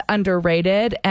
Underrated